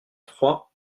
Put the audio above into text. froid